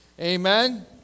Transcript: Amen